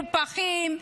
מקופחים,